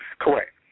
Correct